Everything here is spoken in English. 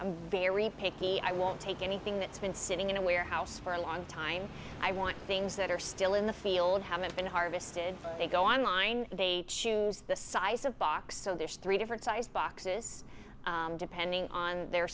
i'm very picky i won't take anything that's been sitting in a warehouse for a long time i want things that are still in the field haven't been harvested they go online they choose the size of box so there's three different sized boxes depending on their